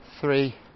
three